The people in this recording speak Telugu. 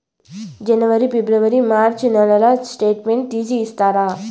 జనవరి, ఫిబ్రవరి, మార్చ్ నెలల స్టేట్మెంట్ తీసి ఇస్తారా?